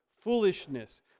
foolishness